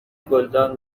گلدان